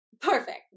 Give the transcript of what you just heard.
perfect